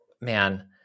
man